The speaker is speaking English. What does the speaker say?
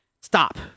Stop